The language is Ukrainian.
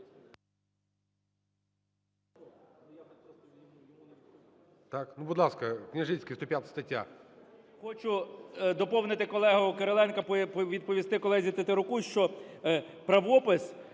Хочу доповнити колегу Кириленка, відповісти колезі Тетеруку, що правопис,